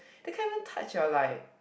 they can even touch ya like